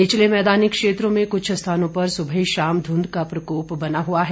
निचले मैदानी क्षेत्रों में कुछ स्थानों पर सुबह शाम धुंध का प्रकोप बना हुआ है